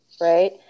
right